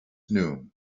noon